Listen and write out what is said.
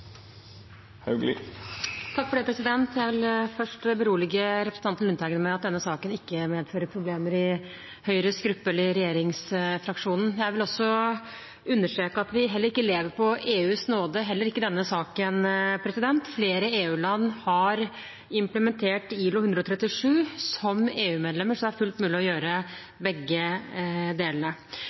Jeg vil først berolige representanten Lundteigen med at denne saken ikke medfører problemer i Høyres gruppe eller i regjeringsfraksjonen. Jeg vil også understreke at vi ikke lever på EUs nåde, heller ikke i denne saken. Flere land har implementert ILO 137 som EU-medlemmer, så det er fullt mulig å gjøre begge